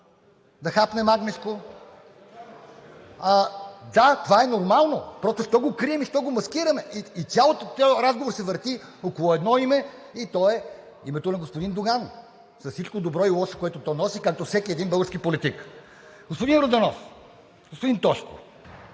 да хапнем агнешко – да, това е нормално. Просто защо го крием и защо го маскираме? И целият този разговор се върти около едно име и то е името на господин Доган с всичко добро и лошо, което то носи, както всеки един български политик. Господин Йорданов, господин Тошко,